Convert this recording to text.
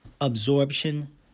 absorption